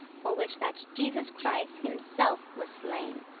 for which that jesus christ himself was slain,